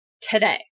today